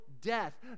death